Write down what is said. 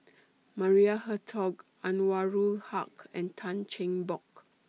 Maria Hertogh Anwarul Haque and Tan Cheng Bock